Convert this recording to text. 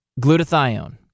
Glutathione